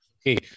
Okay